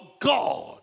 God